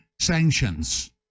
sanctions